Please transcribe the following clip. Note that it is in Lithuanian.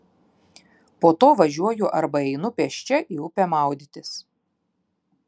po to važiuoju arba einu pėsčia į upę maudytis